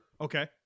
Okay